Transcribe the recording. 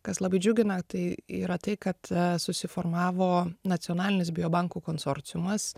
kas labai džiugina tai yra tai kad susiformavo nacionalinis biobankų konsorciumas